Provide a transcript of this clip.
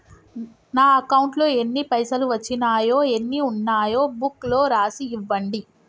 నా అకౌంట్లో ఎన్ని పైసలు వచ్చినాయో ఎన్ని ఉన్నాయో బుక్ లో రాసి ఇవ్వండి?